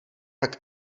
tak